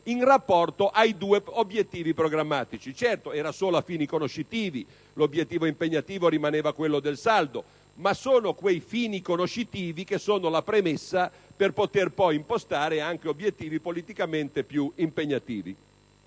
in rapporto ai due obiettivi programmatici. Certo, era solo a fini conoscitivi, l'obiettivo impegnativo rimaneva quello del saldo, ma quei fini conoscitivi sono la premessa per poter poi impostare anche obiettivi politicamente più impegnativi.